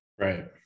Right